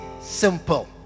simple